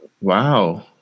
Wow